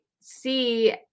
see